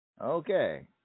okay